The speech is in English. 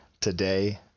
today